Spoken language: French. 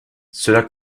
cela